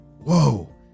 Whoa